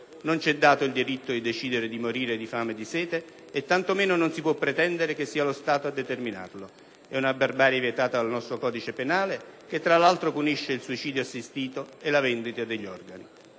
Non ci è dato il diritto di decidere di morire di fame e di sete, e tanto meno non si può pretendere che sia lo Stato a determinarlo; è una barbarie vietata dal nostro codice penale che tra l'altro punisce il suicidio assistito e la vendita di organi.